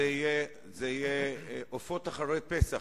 זה יהיה "עופות אחרי פסח".